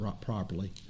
properly